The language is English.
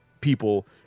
people